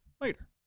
later